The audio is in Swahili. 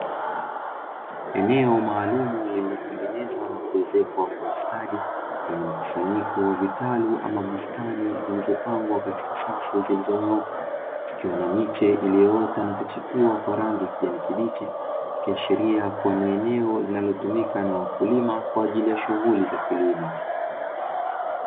Eneo maalum lililotengenezwa na kuezekwa kwa ustadi lenye mkusanyiko wa vitalu ama bustani zilizopangwa katika safu zilizonyooka, zikiwa na miche iliyoota na kuchipua kwa rangi ya kijani kibichi likiashiria kuwa ni eneo linalotumika na wakulima kwa ajili ya shughuli za kilimo.